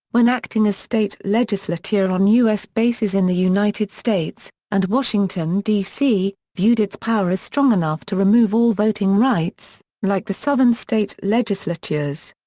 when acting as state legislature on u s. bases in the united states, and washington, d c, viewed its power as strong enough to remove all voting rights, like the southern state legislatures.